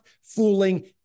fooling